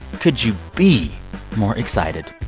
could you be more excited?